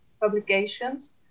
publications